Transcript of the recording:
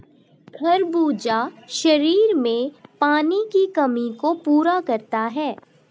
खरबूजा शरीर में पानी की कमी को पूरा करता है